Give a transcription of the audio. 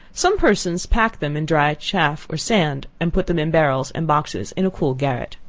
some persons pack them, in dry chaff, or sand, and put them in barrels and boxes in a cool garret.